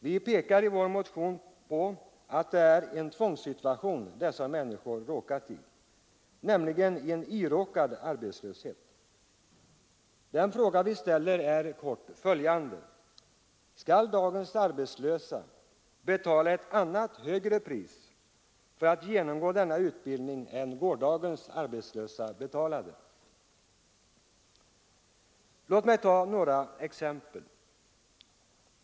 Vi pekar i vår motion på att det är en tvångssituation dessa människor råkat i, en oförskylld arbetslöshet. Den fråga vi ställer är kort uttryckt följande: Skall dagens arbetslösa betala ett högre pris för att genomgå denna utbildning än gårdagens arbetslösa? Låt mig ta några exempel.